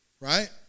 Right